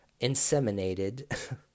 inseminated